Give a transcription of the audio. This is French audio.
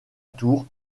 tour